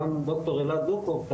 ד"ר אלעד דוקוב,